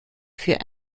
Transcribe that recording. für